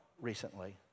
recently